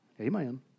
Amen